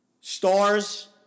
stars